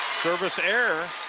service error.